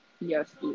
Yes